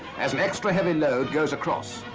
as the extra heavy load goes across.